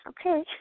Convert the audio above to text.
Okay